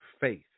Faith